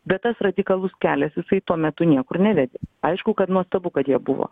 bet tas radikalus kelias jisai tuo metu niekur nevedė aišku kad nuostabu kad jie buvo